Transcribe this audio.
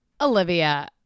Olivia